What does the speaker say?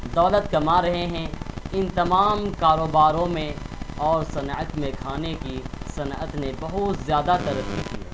دولت کما رہے ہیں ان تمام کاروباروں میں اور صنعت میں کھانے کی صنعت نے بہت زیادہ ترقی کی ہے